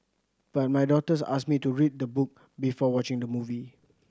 but my daughters asked me to read the book before watching the movie